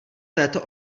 této